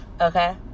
Okay